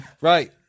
Right